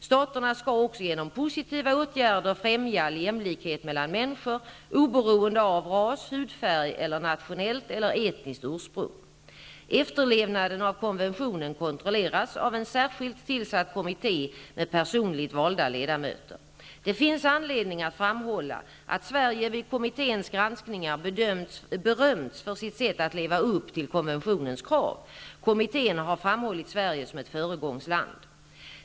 Staterna skall också genom positiva åtgärder främja jämlikhet mellan människor oberoende av ras, hudfärg, nationellt eller etniskt ursprung. Efterlevnaden av konventionen kontrolleras av en särskilt tillsatt kommitté med personligt valda ledamöter. Det finns anledning att framhålla att Sverige vid kommitténs granskningar berömts för sitt sätt att leva upp till konventionens krav. Kommittén har framhållit Sverige som ett föregångsland.